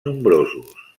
nombrosos